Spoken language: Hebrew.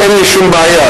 אין לי שום בעיה,